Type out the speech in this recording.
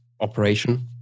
operation